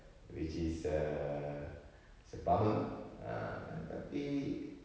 which is err ah tapi